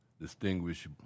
distinguished